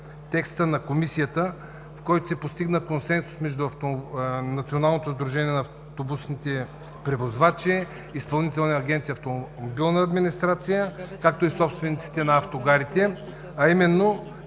текста на Комисията, в който се постигна консенсус между Националното сдружение на автобусните превозвачи и Изпълнителна агенция „Автомобилна администрация“, както и собствениците на автогарите, а именно